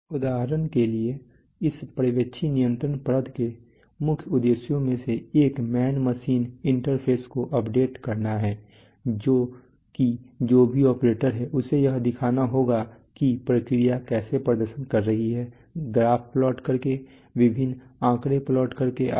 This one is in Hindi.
उदाहरण के लिए इस पर्यवेक्षी नियंत्रण परत के मुख्य उद्देश्यों में से एक मैन मशीन इंटरफ़ेस को अपडेट करना है जो कि जो भी ऑपरेटर है उसे यह दिखाना होगा कि प्रक्रिया कैसे प्रदर्शन कर रही है ग्राफ़ प्लॉट करके विभिन्न आँकड़े प्लॉट करके आदि